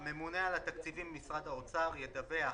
"הממונה על התקציבים במשרד האוצר ידווח